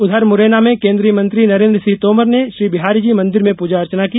उधर मूरैना में केन्द्रीय मंत्री नरेन्द्र सिंह तोमर ने श्री बिहारी जी मंदिर में पूजा अर्चना की